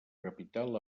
capital